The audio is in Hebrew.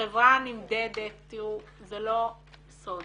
זה לא סוד,